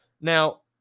Now